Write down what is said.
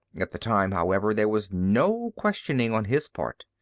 at the time, however, there was no questioning on his part.